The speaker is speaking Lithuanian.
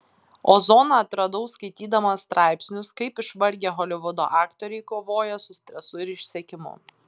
ozoną atradau skaitydamas straipsnius kaip išvargę holivudo aktoriai kovoja su stresu ir išsekimu